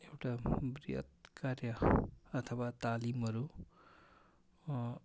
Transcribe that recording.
एउटा वृहत कार्य अथवा तालिमहरू